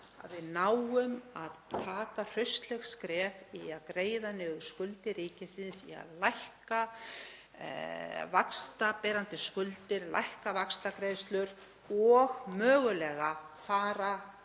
að við náum að taka hraustleg skref í að greiða niður skuldir ríkisins, í að lækka vaxtaberandi skuldir, lækka vaxtagreiðslur og mögulega fara